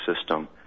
system